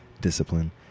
discipline